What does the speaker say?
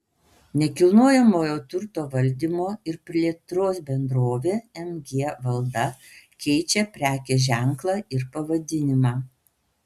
nekilnojamojo turto valdymo ir plėtros bendrovė mg valda keičia prekės ženklą ir pavadinimą